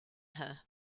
her